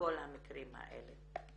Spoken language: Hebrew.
בכל המקרים ה אלה.